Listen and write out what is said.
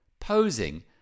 posing